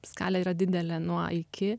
skalė yra didelė nuo iki